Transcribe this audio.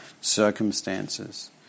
circumstances